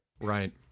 Right